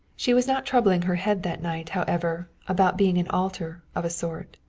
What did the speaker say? she was not troubling her head that night, however, about being an altar, of a sort.